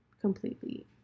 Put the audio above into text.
completely